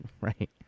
Right